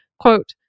Quote